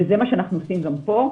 וזה מה שאנחנו עושים גם פה.